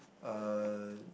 uh